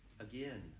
again